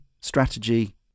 strategy